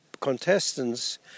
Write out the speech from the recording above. contestants